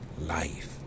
life